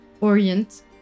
Orient